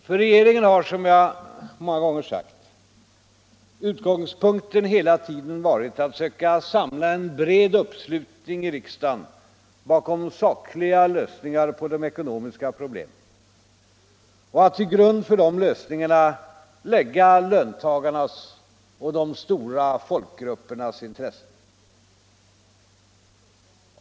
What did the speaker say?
För regeringen har, som jag flera gånger framhållit, utgångspunkten hela tiden varit att söka samla en bred uppslutning i riksdagen bakom sakliga lösningar på de ekonomiska problemen och att till grund för de lösningarna lägga löntagarnas och de stora folkgruppernas intressen.